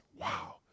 Wow